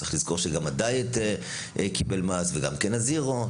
צריך לזכור שגם הדיאט קיבל מס וגם הזירו.